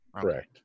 Correct